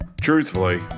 truthfully